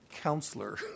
counselor